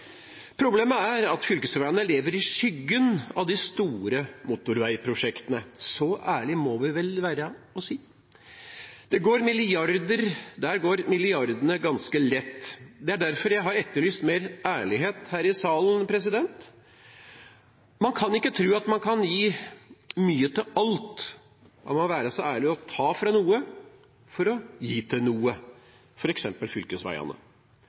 Problemet er at fylkesveiene lever i skyggen av de store motorveiprosjektene – så ærlige må vi vel være at vi kan si det. Der går milliardene ganske lett. Det er derfor jeg har etterlyst mer ærlighet her i salen. Man må ikke tro at man kan gi mye til alt, man må være ærlig og ta fra noe for å gi til noe, f.eks. fylkesveiene.